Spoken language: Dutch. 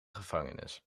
gevangenis